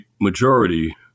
majority